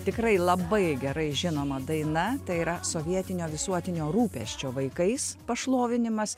tikrai labai gerai žinoma daina tai yra sovietinio visuotinio rūpesčio vaikais pašlovinimas